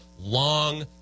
long